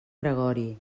gregori